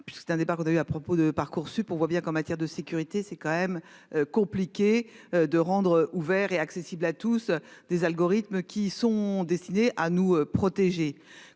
Puisque c'est un débat, on a vu à propos de Parcoursup, on voit bien qu'en matière de sécurité, c'est quand même compliqué de rendre ouvert et accessible à tous des algorithmes qui sont destinées à nous protéger.